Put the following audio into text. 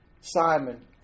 Simon